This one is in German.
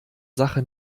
sache